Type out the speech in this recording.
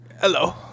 hello